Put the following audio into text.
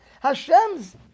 Hashem's